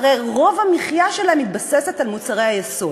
הרי רוב המחיה שלהן מתבססת על מוצרי היסוד.